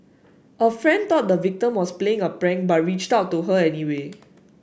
a friend dot the victim was playing a prank by reached out to her anyway